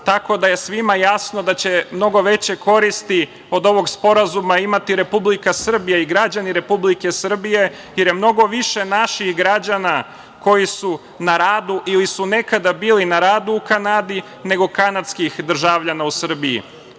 tako da je svima jasno da će mnogo veće koristi od ovog sporazuma imati Republika Srbija i građani Republike Srbije, jer je mnogo više naših građana koji su na radu ili su nekada bili na radu u Kanadi, nego kanadskih državljana u Srbiji. Kada